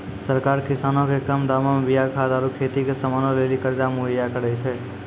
सरकार किसानो के कम दामो मे बीया खाद आरु खेती के समानो लेली कर्जा मुहैय्या करै छै